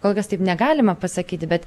kol kas taip negalima pasakyti bet